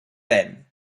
vent